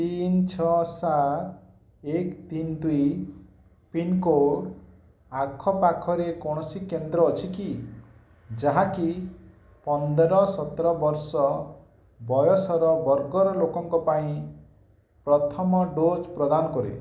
ତିନି ଛଅ ସାତ ଏକ ତିନି ଦୁଇ ପିନ୍କୋଡ଼୍ ଆଖପାଖରେ କୌଣସି କେନ୍ଦ୍ର ଅଛି କି ଯାହାକି ପନ୍ଦର ସତର ବର୍ଷ ବୟସର ବର୍ଗର ଲୋକଙ୍କ ପାଇଁ ପ୍ରଥମ ଡୋଜ୍ ପ୍ରଦାନ କରେ